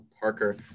Parker